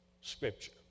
scripture